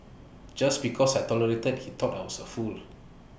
just because I tolerated he thought I was A fool